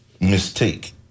mistake